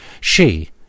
She